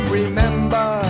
remember